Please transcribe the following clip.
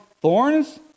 thorns